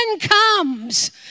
comes